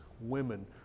women